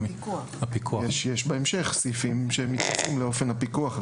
בהמשך, יש סעיפים שמתייחסים לאופן הפיקוח.